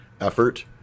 effort